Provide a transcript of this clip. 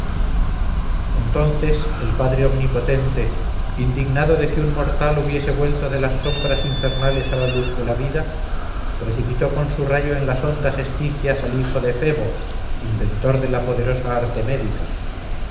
entonces el padre omnipotente indignado de que un mortal hubiese vuelto de las sombras infernales a la luz de la vida precipitó con su rayo en las ondas estigias al hijo de febo inventor de la poderosa arte médica